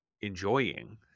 enjoying